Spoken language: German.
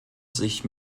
sich